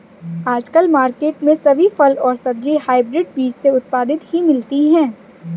आजकल मार्केट में सभी फल और सब्जी हायब्रिड बीज से उत्पादित ही मिलती है